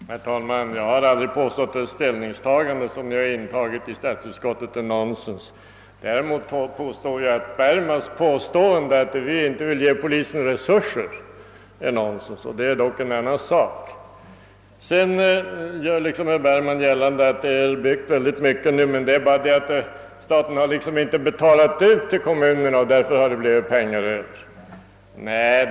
Herr talman! Jag har aldrig påstått att statsutskottets ställningstagande är nonsens. Däremot anser jag att herr Bergmans påstående att vi inte vill ge polisen resurser är nonsens. Herr Bergman gör gällande att mycket har byggts men att staten inte har betalat ut pengar till kommunerna och att det är anledningen till att medlen inte tagits i anspråk.